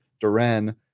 Duran